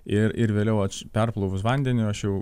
ir ir vėliau perplovus vandeniu aš jau